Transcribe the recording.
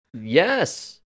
Yes